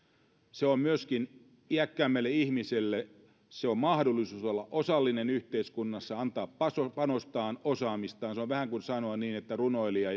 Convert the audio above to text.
se on iäkkäämmälle ihmiselle myöskin mahdollisuus olla osallinen yhteiskunnassa antaa panostaan osaamistaan se on vähän niin kuin sanoin että runoilija